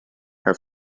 her